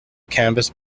canvas